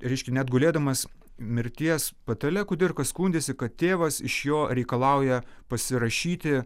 reiškia net gulėdamas mirties patale kudirka skundėsi kad tėvas iš jo reikalauja pasirašyti